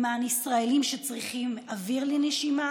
למען ישראלים שצריכים אוויר לנשימה